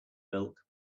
milk